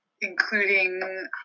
including